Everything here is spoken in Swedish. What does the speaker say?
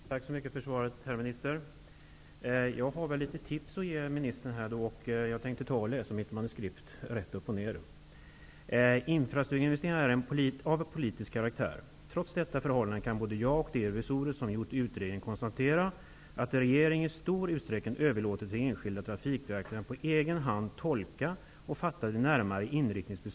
Herr talman! Tack så mycket för svaret, herr minister. Jag har litet tips att ge ministern, och jag tänker läsa mitt manuskript rakt upp och ner. Infrastrukturinvesteringar är av politisk karaktär. Trots detta förhållande kan både jag och de revisorer som har gjort utredningen konstatera att regeringen i stor utsträckning överlåtit till enskilda trafikverk att på egen hand tolka och fatta besluten om den närmare inriktningen.